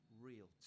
real